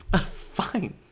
Fine